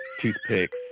toothpicks